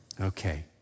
Okay